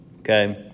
Okay